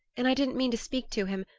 and i didn't mean to speak to him,